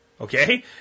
Okay